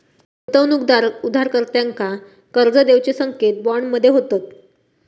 गुंतवणूकदार उधारकर्त्यांका कर्ज देऊचे संकेत बॉन्ड मध्ये होतत